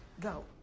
Go